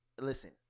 listen